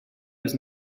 was